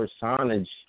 personage